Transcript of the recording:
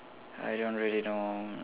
I don't really know